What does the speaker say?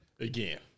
Again